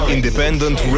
Independent